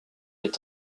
est